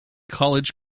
college